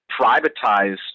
privatized